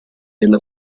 della